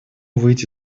выйти